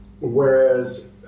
whereas